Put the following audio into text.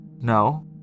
No